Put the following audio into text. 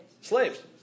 Slaves